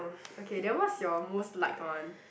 okay then what's your most liked one